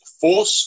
Force